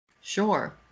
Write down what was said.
Sure